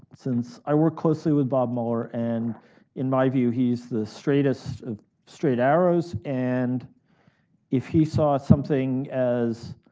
since i worked closely with bob mueller, and in my view he's the straightest of straight arrows, and if he saw something as